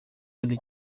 ele